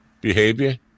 behavior